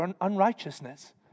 unrighteousness